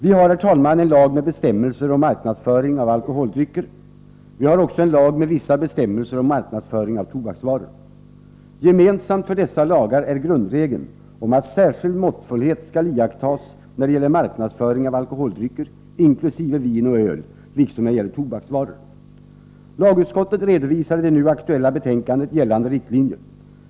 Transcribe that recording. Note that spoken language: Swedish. Vi har, herr talman, en rad bestämmelser om marknadsföring av alkoholdrycker. Vi har också en lag med vissa bestämmelser om marknadsföring av tobaksvaror. Gemensamt för dessa lagar är grundregeln om att särskild måttfullhet skall iakttas när det gäller marknadsföring av alkoholdrycker, inkl. vin och öl, liksom när det gäller tobaksvaror. Lagutskottet redovisar i det nu aktuella betänkandet gällande riktlinjer.